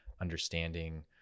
understanding